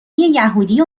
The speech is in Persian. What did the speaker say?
یهودی